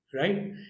right